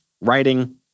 writing